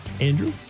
Andrew